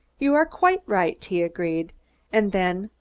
you are quite right, he agreed and then,